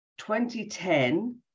2010